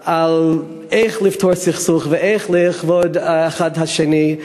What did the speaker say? איך לפתור סכסוך ואיך לכבד אחד את השני.